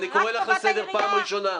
אני קורא לך לסדר פעם ראשונה,